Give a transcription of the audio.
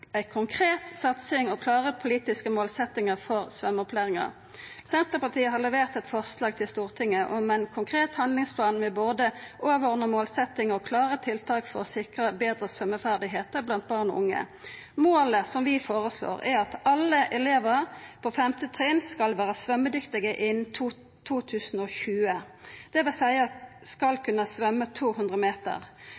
ei konkret satsing og klåre politiske målsetjingar for svømmeopplæringa. Senterpartiet har levert eit forslag til Stortinget om ein konkret handlingsplan med både overordna målsetjing og klåre tiltak for å sikra betre svømmeferdigheiter blant barn og unge. Målet som vi føreslår, er at alle elevar på 5. trinn skal vera svømmedyktige innan 2020, dvs. at dei skal